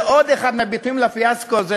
זה עוד אחד מהביטויים לפיאסקו הזה,